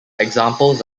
examples